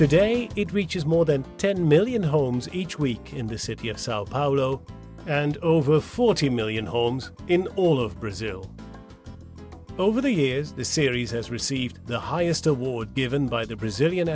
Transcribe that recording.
today it reaches more than ten million homes each week in the city and over forty million homes in all of brazil over the years the series has received the highest award given by the brazilian